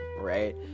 right